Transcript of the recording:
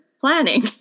planning